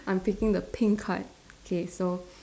I'm picking the pink card okay so